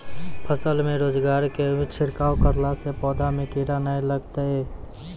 फसल मे रोगऽर के छिड़काव करला से पौधा मे कीड़ा नैय लागै छै?